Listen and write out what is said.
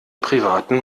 privaten